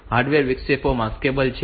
hardware વિક્ષેપો maskable છે